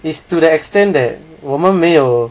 is to the extent that 我们没有